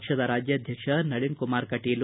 ಪಕ್ಷದ ರಾಜ್ಯಾಧ್ವಕ್ಷ ನಳಿನ್ಕುಮಾರ್ ಕಟೀಲ್